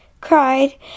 cried